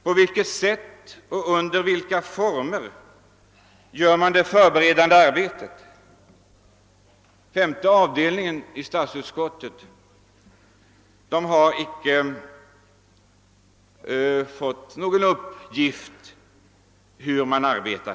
På vilket sätt och under vilka former utförs det förberedande arbetet? Statsutskottets femte avdelning har icke fått någon uppgift om hur man arbetar.